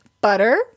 Butter